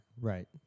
right